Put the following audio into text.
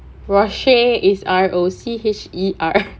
rocher is R O C H E R